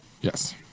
Yes